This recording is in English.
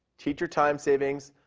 teacher time-savings,